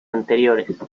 anteriores